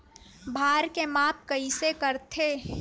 भार के माप कइसे करथे?